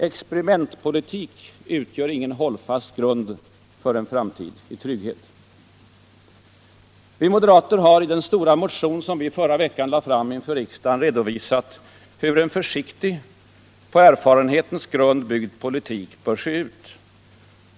Experimentpolitik utgör ingen hållfast grund för en framtid i trygghet. Vi moderater har i den stora motion som vi förra veckan lade fram inför riksdagen redovisat hur en försiktig, på erfarenhetens grund byggd politik bör se ut.